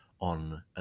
on